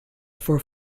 for